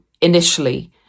initially